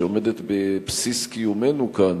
שעומדת בבסיס קיומנו כאן,